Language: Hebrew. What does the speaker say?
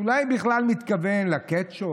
אולי הוא בכלל מתכוון לקטשופ,